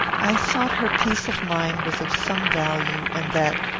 i thought her peace of mind was of some value, and that,